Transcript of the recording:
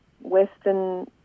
Western